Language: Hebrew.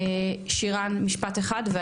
שירן משפט אחד.